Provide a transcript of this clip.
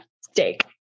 steak